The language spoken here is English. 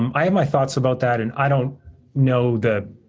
um i have my thoughts about that, and i don't know the,